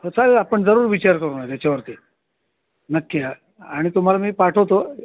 हो चालेल आपण जरूर विचार करूना त्याच्यावरती नक्की आणि तुम्हाला मी पाठवतो